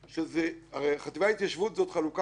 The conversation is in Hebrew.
הרי החטיבה להתיישבות זו חלוקה פוליטית,